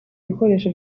bikoresho